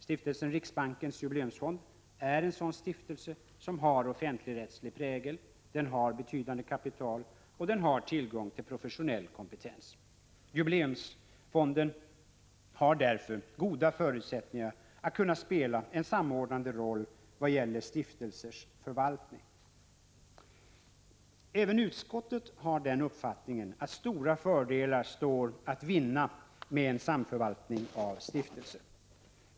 Stiftelsen Riksbankens jubileumsfond är en sådan stiftelse som har offentligrättslig prägel. Den har betydande kapital och tillgång till professionell kompetens. Jubileumsfonden har därför goda förutsättningar att kunna spela en samordnade roll vad gäller stiftelsers förvaltning. Även utskottet har den uppfattningen att stora fördelar står att vinna med en samförvaltning av stiftelser.